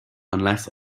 unless